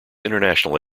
international